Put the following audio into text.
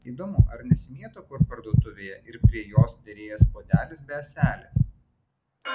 įdomu ar nesimėto kur parduotuvėje ir prie jos derėjęs puodelis be ąselės